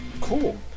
cool